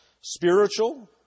Spiritual